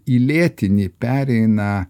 į lėtinį pereina